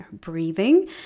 breathing